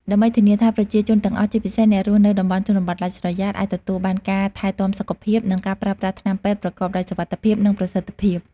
ដើម្បីធានាថាប្រជាជនទាំងអស់ ជាពិសេសអ្នករស់នៅតំបន់ជនបទដាច់ស្រយាល អាចទទួលបានការថែទាំសុខភាព និងការប្រើប្រាស់ថ្នាំពេទ្យប្រកបដោយសុវត្ថិភាព និងប្រសិទ្ធភាព។